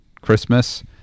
Christmas